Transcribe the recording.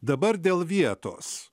dabar dėl vietos